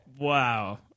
Wow